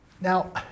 Now